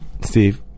Steve